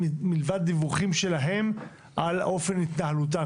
מלבד דיווחים שלהם על אופן התנהלותה.